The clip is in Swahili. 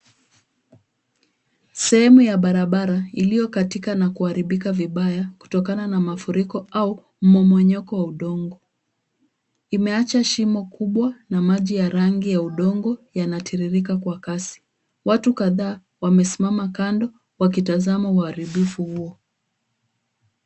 Sehemu ya barabara iliyo katika na kuharibika vibaya kutokana na mafuriko au mmomonyoko wa udongo. Imeacha shimo kubwa na maji ya rangi ya udongo yanatiririka kwa kasi. Watu kadhaa wamesimama kando wakitazama uharibifu huo.